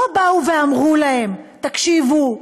לא באו ואמרו להם: תקשיבו,